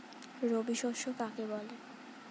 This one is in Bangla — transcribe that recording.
রবি শস্য কাকে বলে?